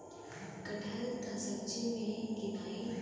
कटहल त सब्जी मे गिनाई